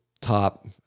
top